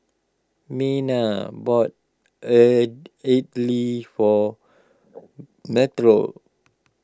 Myrna bought Idly for Metro